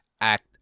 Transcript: act